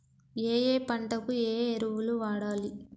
ఏయే పంటకు ఏ ఎరువులు వాడాలి?